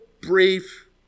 brief